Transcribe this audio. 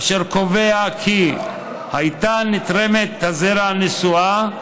אשר קובע: הייתה נתרמת הזרע נשואה,